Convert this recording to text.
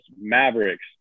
Mavericks